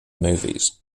movies